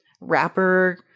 rapper